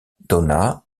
donna